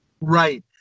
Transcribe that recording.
right